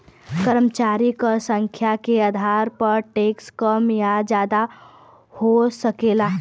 कर्मचारी क संख्या के आधार पर टैक्स कम या जादा हो सकला